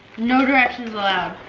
no directions allowed.